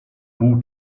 pół